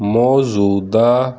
ਮੌਜੂਦਾ